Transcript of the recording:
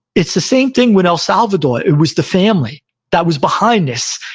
it's the same thing with el salvador. it was the family that was behind this,